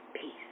peace